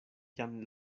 jam